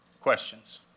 questions